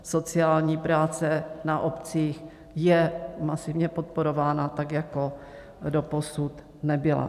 Sociální práce na obcích je masivně podporována, tak jako doposud nebyla.